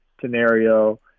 scenario